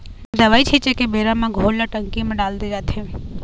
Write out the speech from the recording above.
दवई छिंचे के बेरा म घोल ल टंकी म डाल दे जाथे